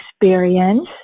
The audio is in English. experience